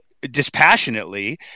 dispassionately